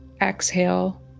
Exhale